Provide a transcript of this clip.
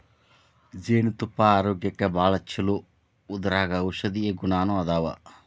ಜೇನತುಪ್ಪಾ ಆರೋಗ್ಯಕ್ಕ ಭಾಳ ಚುಲೊ ಇದರಾಗ ಔಷದೇಯ ಗುಣಾನು ಅದಾವ